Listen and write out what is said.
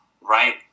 right